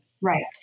right